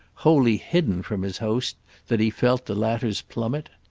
wholly hidden from his host that he felt the latter's plummet?